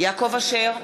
יעקב אשר,